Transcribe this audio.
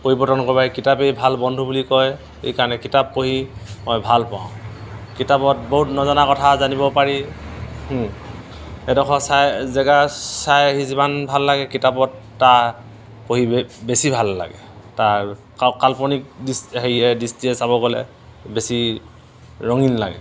পৰিৱৰ্তন কৰিব পাৰি কিতাপেই ভাল বন্ধু বুলি কয় সেইকাৰণে কিতাপ পঢ়ি মই ভাল পাওঁ কিতাপত বহুত নজনা কথা জানিব পাৰি এডোখৰ চাই জেগা চাই আহি যিমান ভাল লাগে কিতাপত তাৰ পঢ়ি বে বেছি ভাল লাগে তাৰ কা কাল্পনিক দিছ হেৰিয়ে দৃষ্টিৰে চাব গ'লে বেছি ৰঙীন লাগে